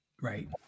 Right